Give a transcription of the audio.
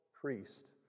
priest